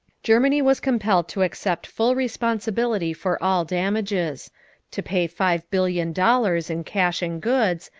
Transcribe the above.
germany was compelled to accept full responsibility for all damages to pay five billion dollars in cash and goods,